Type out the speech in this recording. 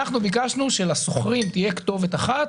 אנחנו ביקשנו שלשוכרים תהיה כתובת אחת